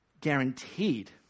guaranteed